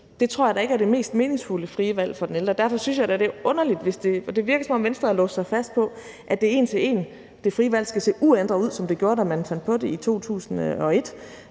Det tror jeg da ikke er det mest meningsfulde frie valg for den ældre. Derfor synes jeg da, det er underligt, at det virker, som om Venstre har låst sig fast på, at det frie valg en til en skal se uændret ud, altså som det gjorde, da man fandt på det i 2001,